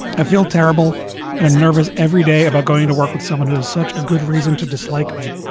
i feel terrible and i'm nervous every day about going to work with someone who has such a good reason to dislike me.